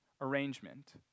arrangement